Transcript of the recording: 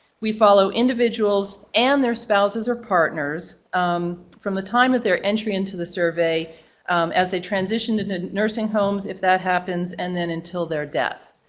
we follow individuals and their spouses or partners um from the time of their entry into the survey as they transition into ah nursing homes, if that happens, and then until their death.